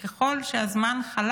וככל שהזמן חלף,